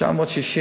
960